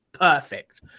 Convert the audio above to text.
perfect